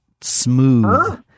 smooth